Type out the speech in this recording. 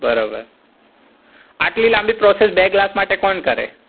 બરોબર આટલી લાંબી પ્રોસેસ બે ગ્લાસ માટે કોણ કરે